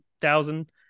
thousand